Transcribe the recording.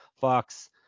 Fox